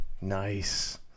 Nice